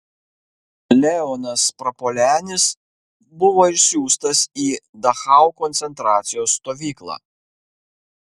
leonas prapuolenis buvo išsiųstas į dachau koncentracijos stovyklą